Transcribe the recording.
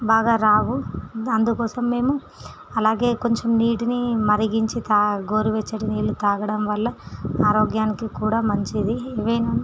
బాగా రావు అందుకోసం మేము అలాగే కొంచెం నీటిని మరిగించి గోరువెచ్చటి నీళ్ళు తాగడం వల్ల ఆరోగ్యానికి కూడా మంచిది వేని